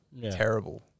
terrible